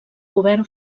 govern